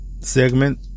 Segment